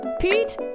Pete